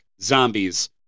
zombies